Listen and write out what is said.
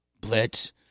Blitz